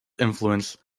influence